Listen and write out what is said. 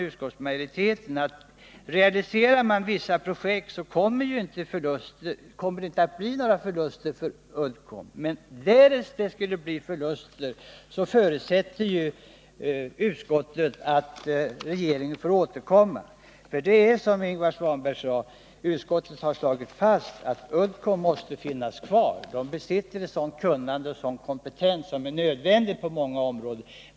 Utskottsmajoriteten menar att realiserar man vissa projekt, kommer det inte att bli några förluster för Uddcomb. Därest det skulle bli förluster, förutsätter utskottet att regeringen får återkomma. Som Ingvar Svanberg sade har utskottet slagit fast att Uddcomb måste finnas kvar, för det besitter ett kunnande som är nödvändigt på många områden.